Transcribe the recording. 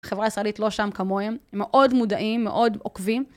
החברה הישראלית לא שם כמוהן, הם מאוד מודעים, מאוד עוקבים.